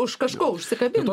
už kažko užsikabin